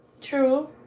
True